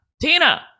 tina